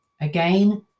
Again